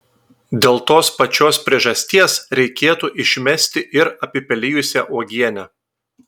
dėl tos pačios priežasties reikėtų išmesti ir apipelijusią uogienę